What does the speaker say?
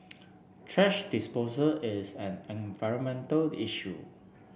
thrash disposal is an environmental issue